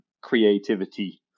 creativity